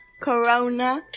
corona